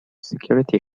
security